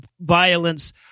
violence